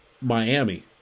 Miami